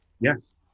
Yes